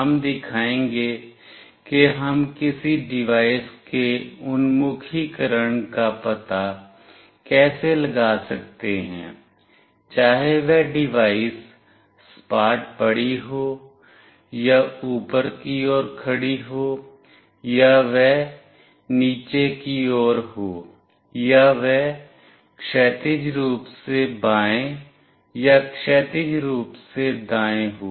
हम दिखाएंगे कि हम किसी डिवाइस के उन्मुखीकरण का पता कैसे लगा सकते हैं चाहे वह डिवाइस सपाट पड़ी हो या ऊपर की ओर खड़ी हो या वह नीचे की ओर हो या वह क्षैतिज रूप से बाएं या क्षैतिज रूप से दाएं हो